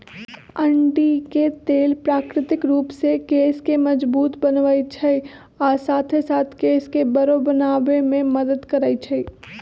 अंडी के तेल प्राकृतिक रूप से केश के मजबूत बनबई छई आ साथे साथ केश के बरो बनावे में मदद करई छई